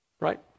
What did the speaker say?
right